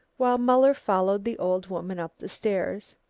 while muller followed the old woman up the stairs.